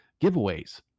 giveaways